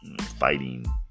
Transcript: fighting